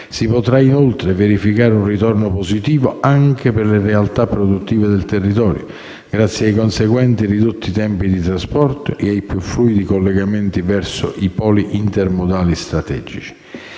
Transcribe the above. Si potrà, inoltre, verificare un ritorno positivo anche per le realtà produttive del territorio grazie ai conseguenti ridotti tempi di trasporto e ai più fluidi collegamenti verso i poli intermodali strategici.